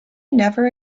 never